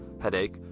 headache